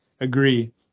agree